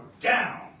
down